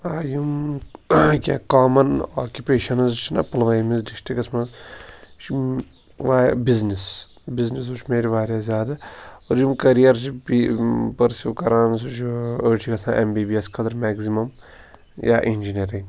آ یِم کیٚنٛہہ کامن آکوپیشَنس چھِناہ پُلوٲمِس ڈِسٹٕرکس منٛز چھُم وایا بِزنس بِزنِس وُچھ مےٚ واریاہ زیادٕ یِم کریر چھِ یِم پٔرسیٖو کران سُہ چھُ أڈۍ چھِ گَژھان ایم بی بی ایس خٲطرٕ میکزِمم یا اِنجیٖنَرینٛگ